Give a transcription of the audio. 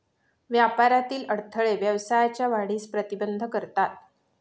व्यापारातील अडथळे व्यवसायाच्या वाढीस प्रतिबंध करतात